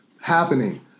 happening